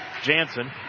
Jansen